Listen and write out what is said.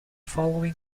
following